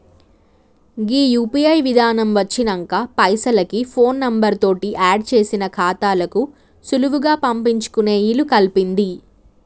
గీ UPI విధానం వచ్చినంక పైసలకి ఫోన్ నెంబర్ తోటి ఆడ్ చేసిన ఖాతాలకు సులువుగా పంపించుకునే ఇలుకల్పింది